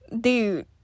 dude